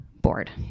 bored